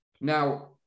Now